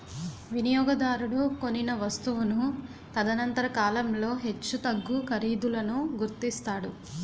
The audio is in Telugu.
వినియోగదారుడు కొనిన వస్తువును తదనంతర కాలంలో హెచ్చుతగ్గు ఖరీదులను గుర్తిస్తాడు